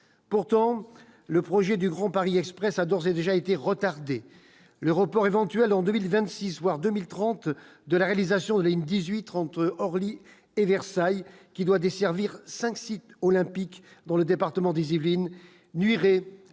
pourtant le projet du Grand Paris Express a dores et déjà été retardé le report éventuel en 2026 voire 2030, de la réalisation de la ligne 18 30 Orly et Versailles, qui doit desservir 5 sites olympiques dans le département des Yvelines nuirait